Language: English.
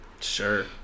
Sure